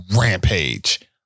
rampage